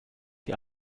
die